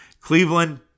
Cleveland